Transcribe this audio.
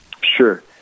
Sure